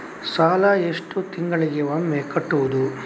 ಸಾಲ ಎಷ್ಟು ತಿಂಗಳಿಗೆ ಒಮ್ಮೆ ಕಟ್ಟುವುದು?